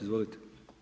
Izvolite.